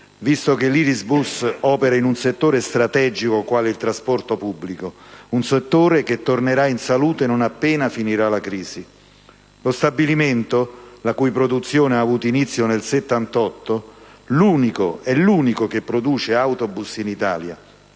visto che Irisbus opera in un settore strategico, quale il trasporto pubblico, un settore che tornerà in salute non appena finirà la crisi. Lo stabilimento, la cui produzione ha avuto inizio nel 1978, è l'unico che produce autobus in Italia.